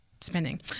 spending